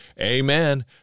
Amen